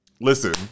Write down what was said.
listen